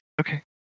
Okay